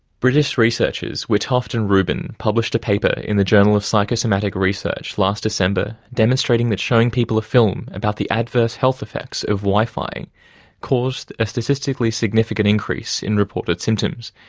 british researchers witthoft and rubin published a paper in the journal of psychomatic research last december, demonstrating that showing people a film about the adverse health effects of wifi caused a statistically significant increase in reported symptoms,